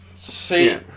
See